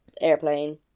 airplane